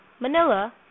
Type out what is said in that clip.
Manila